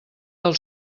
del